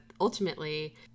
ultimately